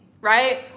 Right